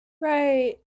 Right